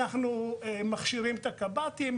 אנחנו מכשירים את הקב״טים.